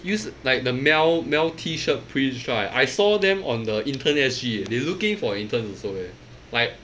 use like the mel mel T shirt prints right I saw them on the intern S G eh looking for interns also eh like